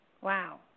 Wow